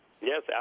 Yes